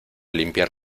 limpiar